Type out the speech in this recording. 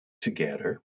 together